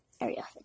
Area